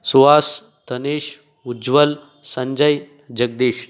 Suhas Tanisha Ujwala Sanjaya Jagdish